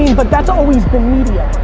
you know but that's always been media.